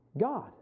God